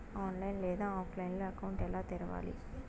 online లేదా ఆఫ్లైన్లో account ఎలా తెరవాలి